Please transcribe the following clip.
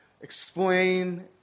explain